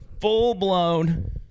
full-blown